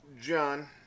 John